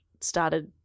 started